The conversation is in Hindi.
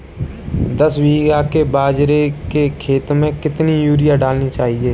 दस बीघा के बाजरे के खेत में कितनी यूरिया डालनी चाहिए?